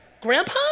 Grandpa